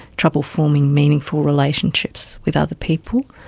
trouble forming meaningful relationships with other people.